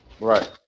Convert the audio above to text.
Right